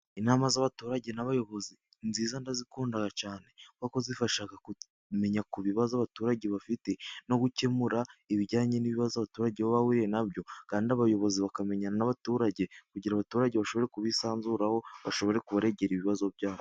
Inama z'abaturage n'abayobozi nziza ndazikunda cyane. Kuko zifasha kumenya ku bibazo abaturage bafite no gukemura ibijyanye n'ibibazo abaturage bahuye na byo. Abayobozi bakamenyana n'abaturage kugira ngo abaturage bashobore kubisanzuraho, bashobore kubaregera ibibazo byabo.